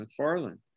McFarland